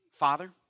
Father